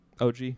OG